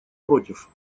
против